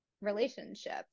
relationships